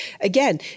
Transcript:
again